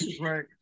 right